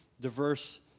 diverse